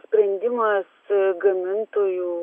sprendimas gamintojų